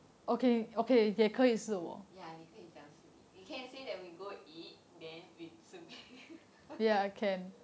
ya 你可以讲是你 you can say that we go eat then we 顺便